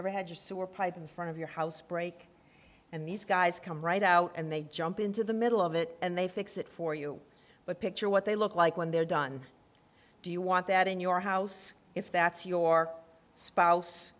ever had a sewer pipe in front of your house break and these guys come right out and they jump into the middle of it and they fix it for you but picture what they look like when they're done do you want that in your house if that's your spouse